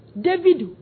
David